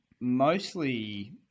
mostly